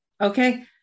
Okay